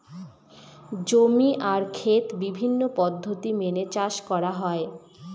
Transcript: জমি আর খেত বিভিন্ন পদ্ধতি মেনে চাষ করা হয়